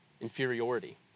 inferiority